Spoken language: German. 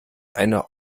eine